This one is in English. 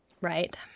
Right